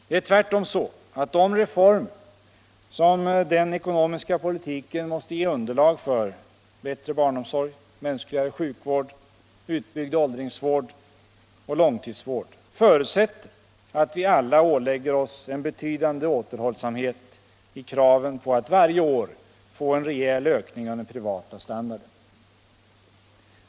Det är tvärtom så att de reformer som den ekonomiska politiken måste ge underlag för — bättre barnomsorg, mänskligare sjukvård, utbyggd åldringsvård och långtidsvård — förutsätter att vi alla ålägger oss en betydande återhållsamhet i kraven på att varje år få en rejäl ökning av den privata standarden.